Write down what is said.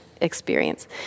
experience